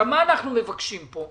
מה אנחנו מבקשים פה?